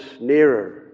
nearer